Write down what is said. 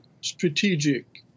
strategic